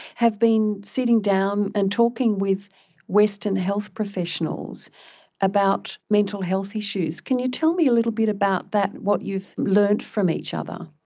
have been sitting down and talking with western health professionals about mental health issues. can you tell me a little bit about that, what you've learnt from each other?